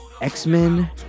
X-Men